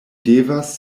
devas